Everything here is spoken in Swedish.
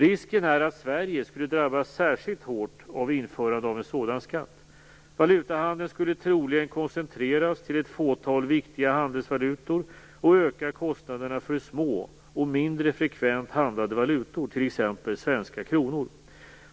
Risken är att Sverige skulle drabbas särskilt hårt av införande av en sådan skatt. Valutahandeln skulle troligen koncentreras till ett fåtal viktiga handelsvalutor och öka kostnaderna för små, mindre frekvent handlade valutor, t.ex. svenska kronor.